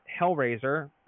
Hellraiser